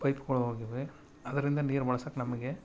ಪೈಪ್ಗಳು ಹೋಗಿವೆ ಅದರಿಂದ ನೀರು ಬಳ್ಸಕ್ಕೆ ನಮಗೆ